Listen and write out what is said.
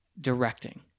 directing